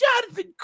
Jonathan